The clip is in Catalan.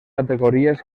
categories